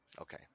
Okay